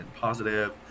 positive